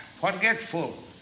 forgetful